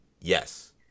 Yes